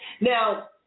Now